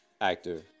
actor